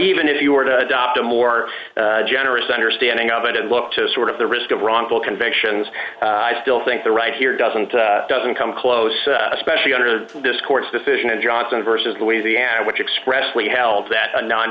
even if you were to adopt a more generous understanding of it and look to sort of the risk of wrongful convictions i still think the right here doesn't doesn't come close especially under this court's decision and johnson versus louisiana which expressway held that a non